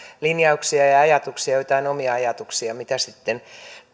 linjauksia ja ajatuksia ja joitain omia ajatuksia mitä sitten